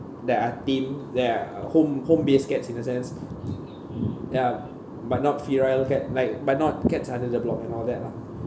that are tame that are uh home home based cats in a sense ya but not feral cat like but not cats under the block and all that lah